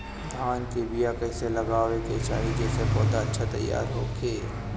धान के बीया कइसे लगावे के चाही जेसे पौधा अच्छा तैयार होखे?